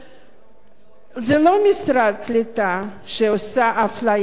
זה לא משרד הקליטה שעושה אפליה לוותיקים,